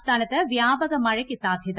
സംസ്ഥാനത്ത് വൃാപക മഴയ്ക്ക് സാധ്യത